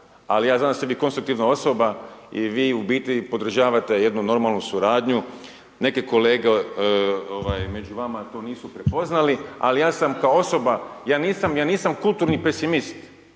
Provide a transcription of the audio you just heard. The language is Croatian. ali ja znam da ste vi konstruktivna osoba i vi u biti podržavate jednu normalnu suradnju. Neke kolege ovaj među vama to nisu prepoznali, ali ja sam kao osoba, ja nisam kulturni pesimist,